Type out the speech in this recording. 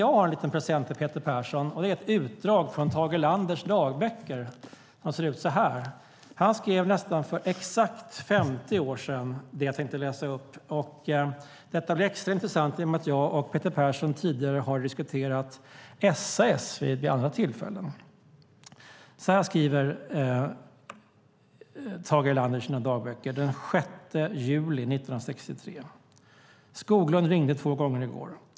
Jag har en liten present till Peter Persson, och det är ett utdrag ur Tage Erlanders dagböcker. Han skrev för nästan exakt 50 år sedan det jag nu tänker läsa upp. Det blir extra intressant i och med att jag och Peter Persson vid tidigare tillfällen diskuterat SAS. Så här skriver Tage Erlander i sina dagböcker den 6 juli 1963: Skoglund ringde två gånger i går.